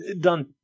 done